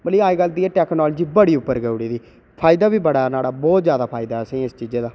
मतलब अज्ज कल दी टैक्नालजी बड़ी करी देऊड़ दी फायदा बी बड़ा ऐ बहुत जादा फायदा ऐ असेंई इस चीजै दा